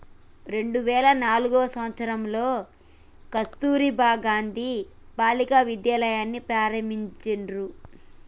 రెండు వేల నాల్గవ సంవచ్చరంలో కస్తుర్బా గాంధీ బాలికా విద్యాలయని ఆరంభించిర్రు